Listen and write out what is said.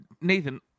Nathan